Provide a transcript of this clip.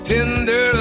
Tender